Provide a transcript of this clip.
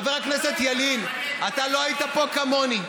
נכון, חבר הכנסת ילין, אתה לא היית פה, כמוני.